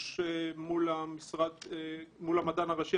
מול המדען הראשי,